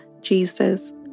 Jesus